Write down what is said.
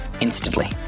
instantly